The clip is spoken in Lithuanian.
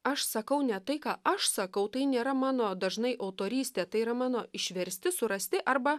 aš sakau ne tai ką aš sakau tai nėra mano dažnai autorystė tai yra mano išversti surasti arba